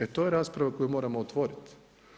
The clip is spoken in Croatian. E to je rasprava koju moramo otvoriti.